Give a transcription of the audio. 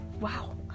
Wow